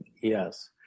Yes